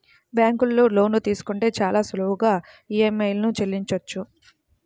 బ్యేంకులో లోన్లు తీసుకుంటే చాలా సులువుగా ఈఎంఐలను చెల్లించొచ్చు